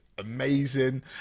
amazing